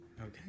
Okay